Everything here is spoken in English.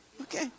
Okay